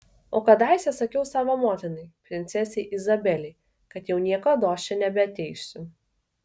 o kadaise sakiau savo motinai princesei izabelei kad jau niekados čia nebeateisiu